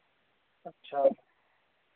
अच्छा